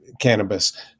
cannabis